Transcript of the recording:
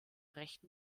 rechten